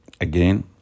again